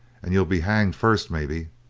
and you'll be hanged first maybe.